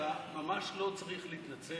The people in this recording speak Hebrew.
אתה ממש לא צריך להתנצל.